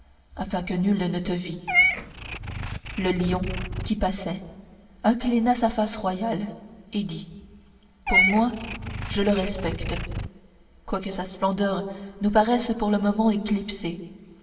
afin que nul ne te vît le lion qui passait inclina sa face royale et dit pour moi je le respecte quoique sa splendeur nous paraisse pour le moment éclipsée